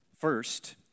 First